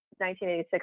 1986